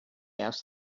asked